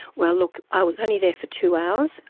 well, look, i was only there for two hours,